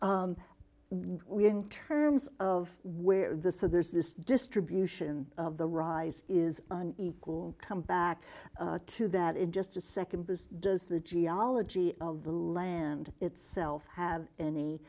we in terms of where the so there's this distribution of the rise is an equal come back to that in just a second because does the geology of the land itself have any